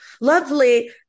lovely